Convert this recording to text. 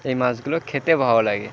এই মাছগুলো খেতে ভালো লাগে